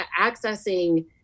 accessing